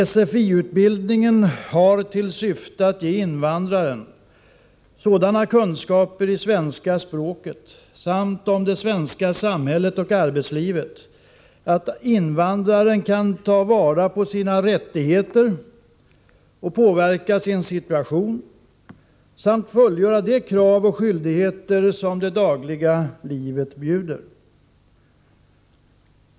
”Sfi-utbildningen har till syfte att ge invandraren sådana kunskaper i svenska språket samt om det svenska samhället och arbetslivet att invandraren kan ta vara på sina rättigheter och påverka sin situation samt fullgöra de krav och skyldigheter som det dagliga livet bjuder.